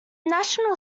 national